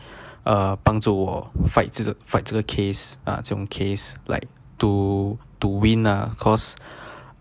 帮助我 fight 这个 fight 这个 case 这种 case like to win lah cause